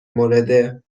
مورد